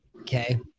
okay